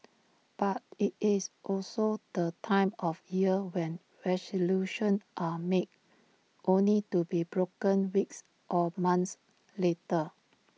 but IT is also the time of year when resolutions are made only to be broken weeks or months later